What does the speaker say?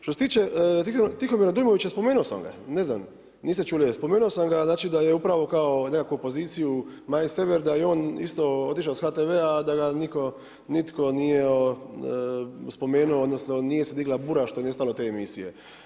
Što se tiče Tihomira Dujmovića, spomenuo sam ga, ne znam, niste čuli, spomenuo sam ga da je upravo kao nekakvu poziciju Maje Sever, da je on isto otišao sa HTV-a a da nitko nije spomenuo odnosno nije se digla bura što je nestalo te emisije.